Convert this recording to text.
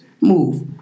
move